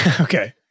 Okay